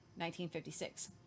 1956